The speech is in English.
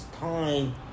time